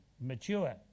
mature